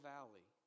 Valley